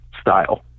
style